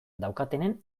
daukatenen